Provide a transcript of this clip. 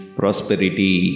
prosperity